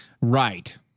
Right